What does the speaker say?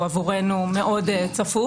הוא עבורנו מאוד צפוף.